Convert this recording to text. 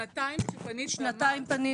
שנתיים שפנית ומה אמרו